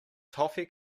toffee